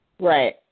Right